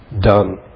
Done